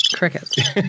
Crickets